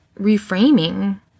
reframing